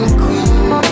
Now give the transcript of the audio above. queen